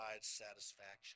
satisfaction